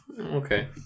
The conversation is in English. Okay